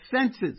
senses